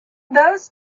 those